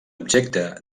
objecte